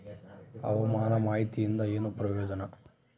ಹವಾಮಾನ ಮಾಹಿತಿಯಿಂದ ಏನು ಪ್ರಯೋಜನ?